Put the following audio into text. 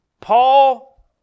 Paul